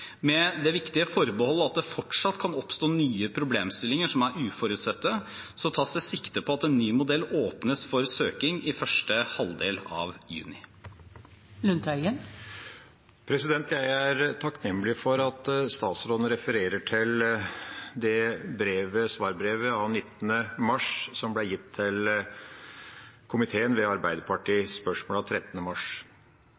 Med det viktige forbehold at det fortsatt kan oppstå nye problemstillinger som er uforutsette, tas det sikte på at en ny modell åpnes for søking i første halvdel av juni. Jeg er takknemlig for at statsråden refererer til svarbrevet av 19. mars, som ble gitt til komiteen